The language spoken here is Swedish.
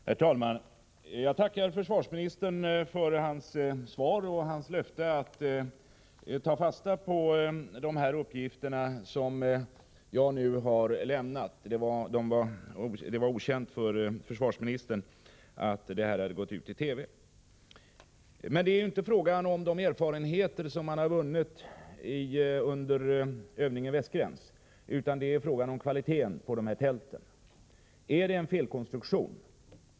Herr talman! Jag tackar försvarsministern för hans svar och hans löfte att ta fasta på de uppgifter som jag nu har lämnat. Det var alltså okänt för försvarsministern att det hade gått ut i TV. Men det är ju inte fråga om de erfarenheter som man vunnit under övningen Västgräns, utan om kvaliteten på tälten. Är det en felkonstruktion?